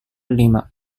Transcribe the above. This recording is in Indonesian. lima